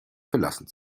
verlassen